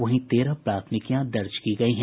वहीं तेरह प्राथमिकियां दर्ज की गयी हैं